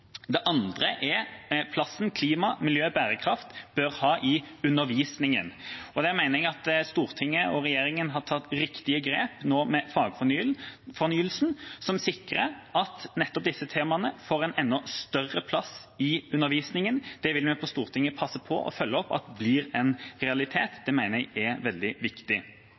Det andre er plassen klima, miljø og bærekraft bør ha i undervisningen. Der mener jeg at Stortinget og regjeringa har tatt riktige grep nå med fagfornyelsen, som sikrer at nettopp disse temaene får en enda større plass i undervisningen. Det vil vi på Stortinget passe på og følge opp blir en realitet. Det mener jeg er veldig viktig.